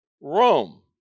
Rome